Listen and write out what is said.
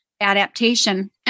adaptation